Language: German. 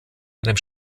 einem